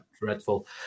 dreadful